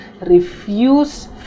refuse